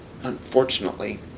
Unfortunately